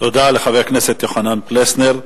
תודה לחבר הכנסת יוחנן פלסנר.